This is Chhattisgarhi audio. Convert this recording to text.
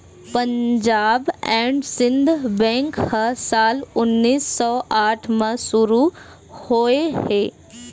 पंजाब एंड सिंध बेंक ह साल उन्नीस सौ आठ म शुरू होए हे